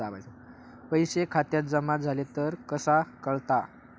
पैसे खात्यात जमा झाले तर कसा कळता?